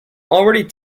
already